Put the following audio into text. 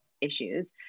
issues